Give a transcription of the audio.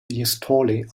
installing